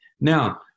Now